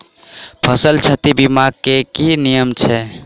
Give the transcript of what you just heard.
फसल क्षति बीमा केँ की नियम छै?